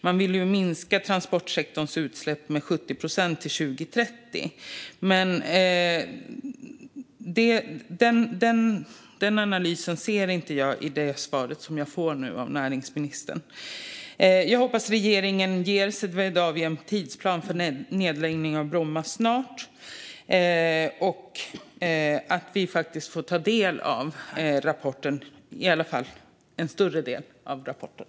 Man vill ju minska transportsektorns utsläpp med 70 procent till 2030, men den analysen hör jag inte i svaret som jag nu fått av näringsministern. Jag hoppas att regeringen ger Swedavia en tidsplan för nedläggning av Bromma snart och att vi får ta del av rapporten, i alla fall en större del av den.